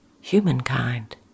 humankind